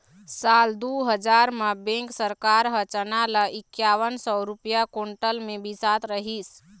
साल दू हजार म केंद्र सरकार ह चना ल इंकावन सौ रूपिया कोंटल म बिसात रहिस